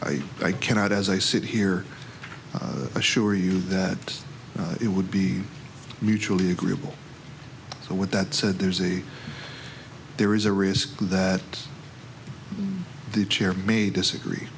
state i cannot as i sit here assure you that it would be mutually agreeable so with that said there's a there is a risk that the chair may disagree